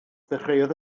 ddechreuodd